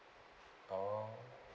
oh